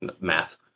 Math